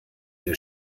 der